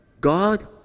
God